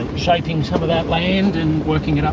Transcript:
shaping some of that land and working